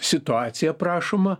situacija aprašoma